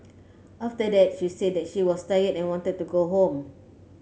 after that she said that she was tired and wanted to go home